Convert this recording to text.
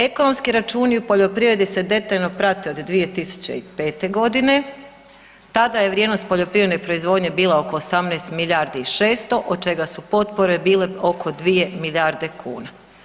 Ekonomski računi u poljoprivredi se detaljno prate od 2005. godine, tada je vrijednost poljoprivredne proizvodnje bila oko 18 milijardi i 600 od čega su potpore bile oko 2 milijarde kuna.